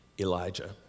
Elijah